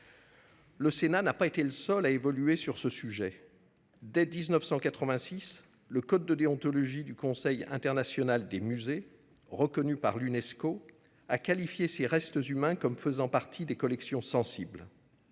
Le Sénat n'a pas été le seul à évoluer sur ce sujet. Dès 1986, le code de déontologie du Conseil international des musées, reconnu par l'Unesco, a qualifié ces restes humains comme faisant partie des collections sensibles.